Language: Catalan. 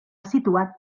situat